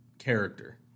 character